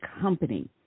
Company